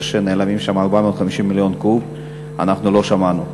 שנעלמים שם 450 מיליון קוב אנחנו לא שמענו.